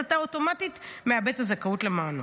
אתה אוטומטית מאבד את הזכאות למעונות.